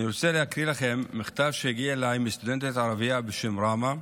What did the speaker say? אני רוצה להקריא לכם מכתב שהגיע אליי מסטודנטית ערבייה בשם ראמא.